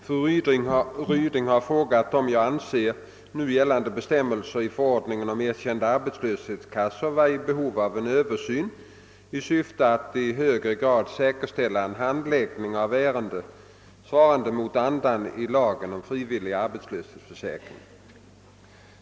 Herr talman! Fru Ryding har frågat om jag anser nu gällande bestämmelser i förordningen som erkända arbetslöshetskassor vara i behov av en öÖöversyn i syfte att i högre grad säkerställa en handläggning av ärenden, svarande mot andan i lagen om en frivillig arbetslöshetsförsäkring.